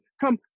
come